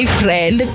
friend